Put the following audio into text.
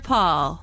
Paul